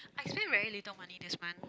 I spend very little money this month